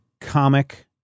comic